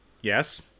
yes